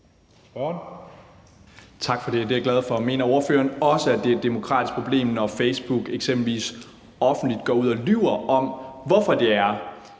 Tak for det. Det er jeg glad for. Mener ordføreren også, at det er et demokratisk problem, når Facebook eksempelvis offentligt går ud og lyver om, hvorfor det er,